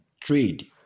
trade